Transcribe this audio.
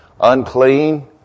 unclean